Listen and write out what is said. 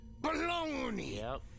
Baloney